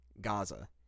Gaza